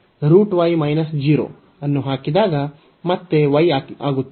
ಅನ್ನು ಹಾಕಿದಾಗ ಮತ್ತೆ y ಆಗುತ್ತದೆ